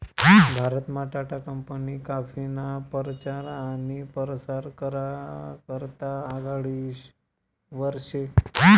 भारतमा टाटा कंपनी काफीना परचार आनी परसार करा करता आघाडीवर शे